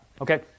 Okay